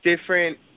different